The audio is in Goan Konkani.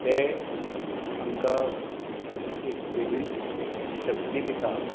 ते आमकां एक वेगळीच शक्ती दिता